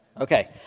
Okay